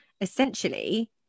essentially